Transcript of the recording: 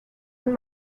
und